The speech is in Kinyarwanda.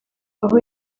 aho